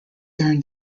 during